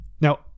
Now